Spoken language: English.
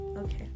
Okay